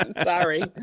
Sorry